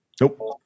Nope